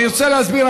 אני רוצה להסביר.